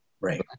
right